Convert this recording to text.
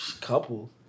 couple